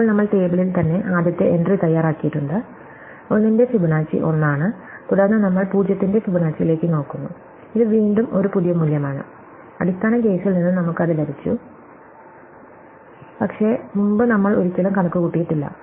ഇപ്പോൾ നമ്മൾ ടേബിളിൽ തന്നെ ആദ്യത്തെ എൻട്രി തയ്യാറാക്കിയിട്ടുണ്ട് 1 ന്റെ ഫിബൊനാച്ചി 1 ആണ് തുടർന്ന് നമ്മൾ 0 ന്റെ ഫിബൊനാച്ചിയിലേക്ക് നോക്കുന്നു ഇത് വീണ്ടും ഒരു പുതിയ മൂല്യമാണ് അടിസ്ഥാന കേസിൽ നിന്ന് നമുക്ക് അത് ലഭിച്ചു പക്ഷേ മുമ്പ് നമ്മൾ ഒരിക്കലും കണക്കുകൂട്ടിയില്ല